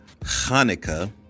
Hanukkah